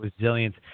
resilience